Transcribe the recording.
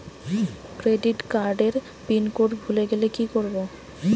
Credit কার্ডের PIN code ভুলে গেলে কি করব?